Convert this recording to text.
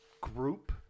group